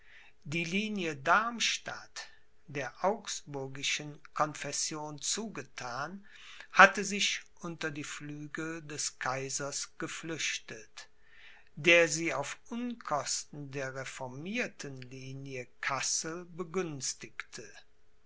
die linie darmstadt der augsburgischen confession zugethan hatte sich unter die flügel des kaisers geflüchtet der sie auf unkosten der reformierten linie kassel begünstigte